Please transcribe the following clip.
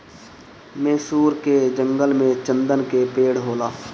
मैसूर के जंगल में चन्दन के पेड़ होला